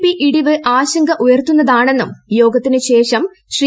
P ഇടിവ് ആശങ്ക ഉയർത്തുന്നതാണെന്നും യോഗത്തിന് ശേഷം ശ്രീ